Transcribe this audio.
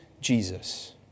Jesus